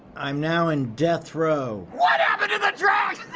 i'm now in death row. what happened to the tracks?